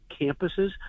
campuses